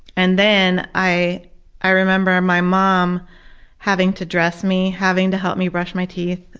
and then i i remember my mom having to dress me, having to help me brush my teeth,